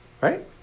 right